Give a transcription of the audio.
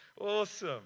awesome